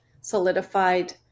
solidified